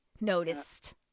noticed